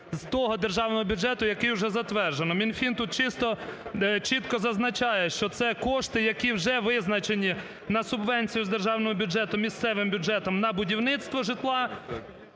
з того державного бюджету, який уже затверджено. Мінфін тут чисто… чітко зазначає, що це кошти, які вже визначені на субвенцію з державного бюджету місцевим бюджетам на будівництво житла